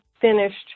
finished